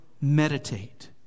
meditate